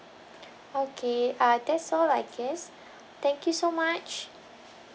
okay uh that's all I guess thank you so much